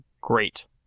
great